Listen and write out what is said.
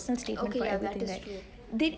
okay ya that is true